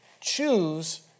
Choose